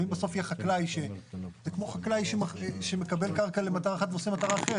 זה כמו שחקלאי שמקבל קרקע למטרה אחת ועושה מטרה אחרת.